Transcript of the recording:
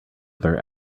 other